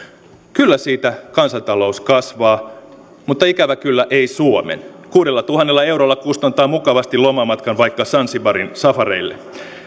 kyllä siitä kansantalous kasvaa mutta ikävä kyllä ei suomen kuudellatuhannella eurolla kustantaa mukavasti lomamatkan vaikka sansibarin safarille